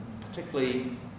particularly